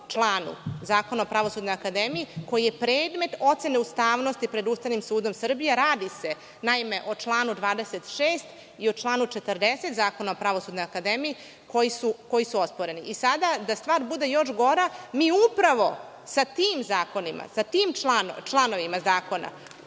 članu Zakona o Pravosudnoj akademiji koji je predmet ocene ustavnosti pred Ustavnim sudom Srbije. Radi se o članu 26. i o članu 40. Zakona o Pravosudnoj akademiji koji su osporeni.I sada da stvar bude još gora, mi upravo sa tim zakonima, sa tim članovima zakona